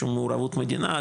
שום מעורבות מדינה.